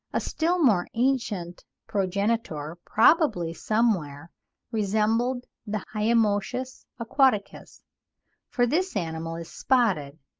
a still more ancient progenitor probably somewhat resembled the hyomoschus aquaticus for this animal is spotted,